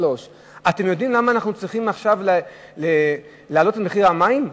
שלוש פעמים: אתם יודעים למה אנחנו צריכים עכשיו להעלות את מחיר המים?